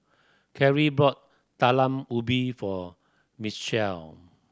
Cari bought Talam Ubi for Mitchel